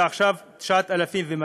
ועכשיו 9,200,